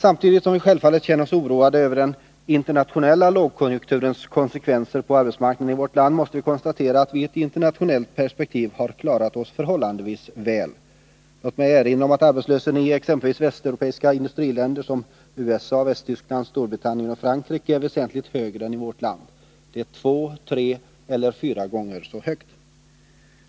Samtidigt som vi självfallet känner oss oroade över den internationella lågkonjunkturens konsekvenser på arbetsmarknaden i vårt land måste vi konstatera att vi i ett internationellt perspektiv har klarat oss förhållandevis väl. Låt mig erinra om att arbetslösheten i exempelvis USA och en del västeuropeiska industriländer som Västtyskland, Storbritannien och Frankrike, är väsentligt högre än i vårt land — två, tre och t.o.m. fyra gånger så hög.